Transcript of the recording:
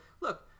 look